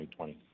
2020